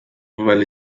weil